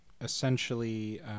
essentially